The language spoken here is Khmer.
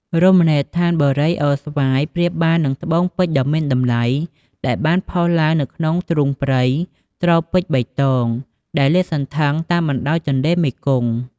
រមណីដ្ឋានបូរីអូរស្វាយ ប្រៀបបាននឹងត្បូងពេជ្រដ៏មានតម្លៃ ដែលបានផុសឡើងនៅក្នុងទ្រូងព្រៃ ត្រូពិចពណ៌បៃតង ដែលលាតសន្ធឹងតាមបណ្តោយទន្លេមេគង្គ។